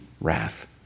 wrath